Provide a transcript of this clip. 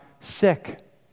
sick